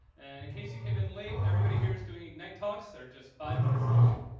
and in case you came in late, everybody here is doing ignite talks, they are just five minutes long.